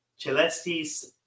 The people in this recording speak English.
celestis